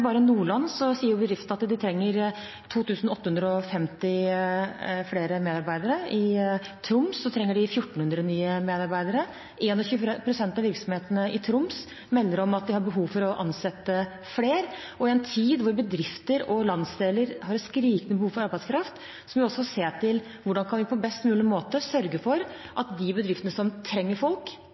bare i Nordland sier de trenger 2 850 flere medarbeidere. I Troms trenger de 1 400 nye medarbeidere. 21 pst. av virksomhetene i Troms melder om at de har behov for å ansette flere. I en tid hvor bedrifter og landsdeler har et skrikende behov for arbeidskraft, må vi også se på hvordan vi på best mulig måte kan sørge for at de bedriftene som trenger folk,